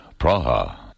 Praha